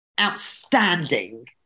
outstanding